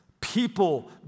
people